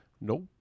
Nope